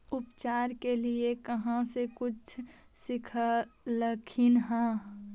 उपचार के लीये कहीं से कुछ सिखलखिन हा?